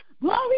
Glory